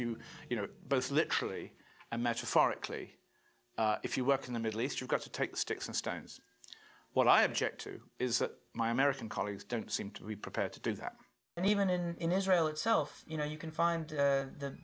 you you know both literally and metaphorically if you work in the middle east you've got to take sticks and stones what i object to is that my american colleagues don't seem to be prepared to do that and even in in israel itself you know you can find